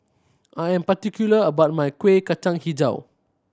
I am particular about my Kueh Kacang Hijau